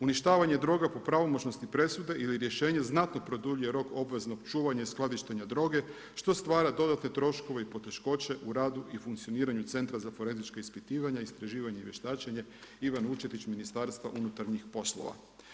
Uništavanje droga po pravomoćnosti presude ili rješenje znatno produljuje rok obveznog čuvanja i skladištenja droge što stvari dodatne troškove i poteškoće u radu i funkcioniranju Centra za forenzička ispitivanja, istraživanja i vještačenje Ivan Vučetić Ministarstva unutarnjih poslova.